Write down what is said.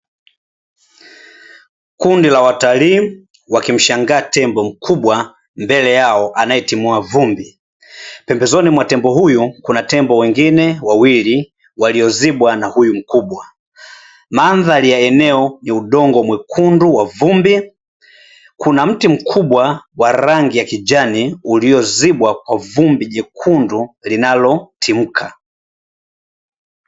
Kundi la watalii wakimshangaa Tembo mkubwa mbele yao aneyetimua vumbi, pembezoni mwa Tembo huyo Kuna Tembo wengine wawili waliyozibwa na huyu mkubwa. Mandhari ya eneo ya udongo mwekundu wa vumbi, kuna mti mkubwa wa rangi ya kijani uliozibwa kwa vumbi jekundu linalotimka.